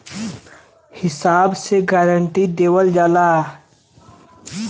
हिसाब से गारंटी देवल जाला